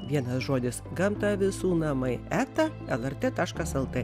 vienas žodis gamta visų namai eta lrt taškas lt